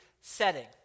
setting